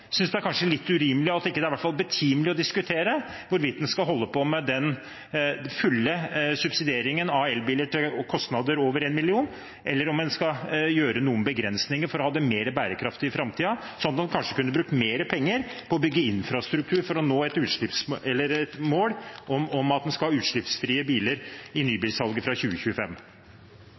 synes det er litt urimelig – eller at det i hvert fall er betimelig å diskutere hvorvidt en skal holde på med den fulle subsidieringen av elbiler til kostnader over 1 mill. kr, eller om en skal gjøre noen begrensninger for å ha det mer bærekraftig i framtiden, sånn at en kanskje kunne brukt mer penger på å bygge infrastruktur for å nå et mål om at en skal ha utslippsfrie biler i nybilsalget fra 2025.